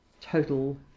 total